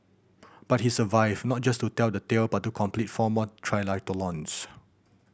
but he survived not just to tell the tale but to complete four more triathlons